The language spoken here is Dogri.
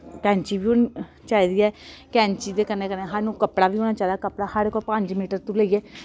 कैंची बी होनी चाहिदी ऐ कैंची दे कन्नै कन्नै सानूं कपड़ा बी होना चाहिदा कपड़ा साढ़े कोल पंज मीटर तो लैइयै